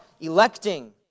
electing